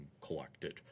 collected